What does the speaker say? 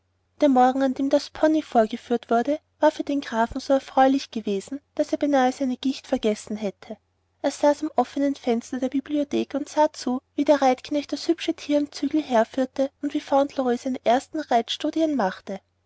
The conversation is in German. der morgen an dem der pony vorgeführt wurde war für den grafen so erfreulich gewesen daß er beinahe seine gicht vergessen hätte er saß am offnen fenster der bibliothek und sah zu wie der reitknecht das hübsche tier am zügel herführte und wie fauntleroy seine ersten reitstudien machte